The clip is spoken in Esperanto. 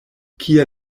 kia